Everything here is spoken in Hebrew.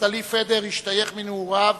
נפתלי פדר השתייך מנעוריו